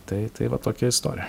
tai tai va tokia istorija